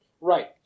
Right